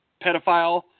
pedophile